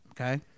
okay